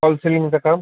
काऊन्सलिंगचं काम